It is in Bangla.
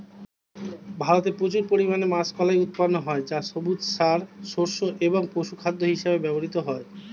ভারতে প্রচুর পরিমাণে মাষকলাই উৎপন্ন হয় যা সবুজ সার, শস্য এবং পশুখাদ্য হিসেবে ব্যবহৃত হয়